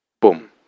boom